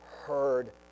heard